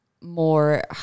more